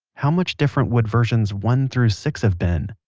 how much different would versions one through six have been?